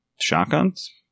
shotguns